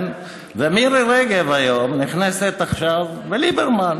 ומירי רגב, היום, נכנסת עכשיו בליברמן.